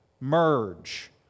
Merge